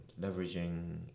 leveraging